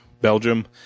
Belgium